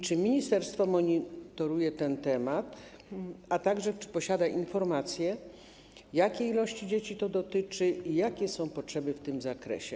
Czy ministerstwo monitoruje ten temat, a także czy posiada informacje, jakiej liczby dzieci to dotyczy i jakie są potrzeby w tym zakresie?